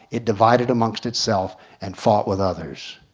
it divided amongst itself and fought with others.